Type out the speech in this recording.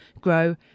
grow